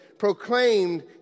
proclaimed